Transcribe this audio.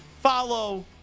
Follow